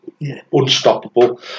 unstoppable